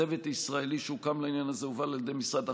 צוות ישראלי שהוקם לעניין הזה הובל על ידי משרד החוץ,